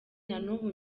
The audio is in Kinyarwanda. nanubu